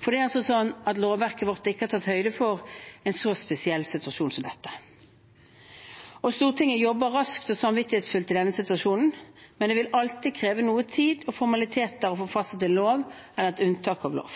for lovverket vårt har ikke tatt høyde for en så spesiell situasjon som dette. Stortinget jobber raskt og samvittighetsfullt i denne situasjonen, men det vil alltid kreve noe tid og formaliteter å få fastsatt en lov eller et unntak fra lov.